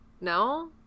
no